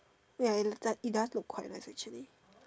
ya it does it does look quite nice actually